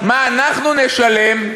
מה אנחנו נשלם,